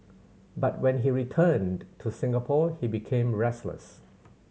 but when he returned to Singapore he became restless